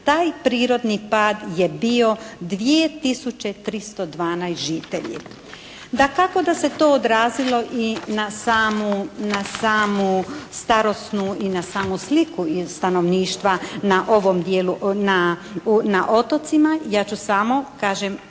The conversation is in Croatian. taj prirodni pad je bio 2 tisuće 312 žitelji. Dakako da se to odrazilo i na samu starosnu i na samu sliku iz stanovništva na ovom dijelu, na